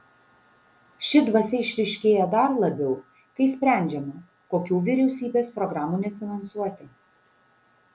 ši dvasia išryškėja dar labiau kai sprendžiama kokių vyriausybės programų nefinansuoti